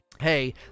hey